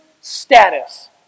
status